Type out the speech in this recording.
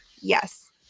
yes